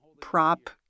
prop